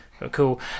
Cool